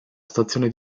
stazione